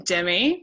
Demi